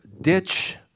ditch